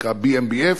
BMBF,